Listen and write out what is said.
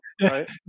right